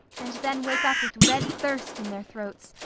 and then wake up with red thirst in their throats,